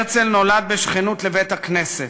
הרצל נולד בשכנות לבית-כנסת.